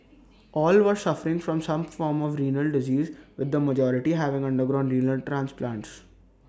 all were suffering from some form of renal disease with the majority having undergone renal transplants